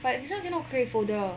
but this one cannot create folder